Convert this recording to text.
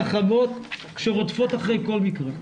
חכמות, שרודפות אחרי כל מקרה.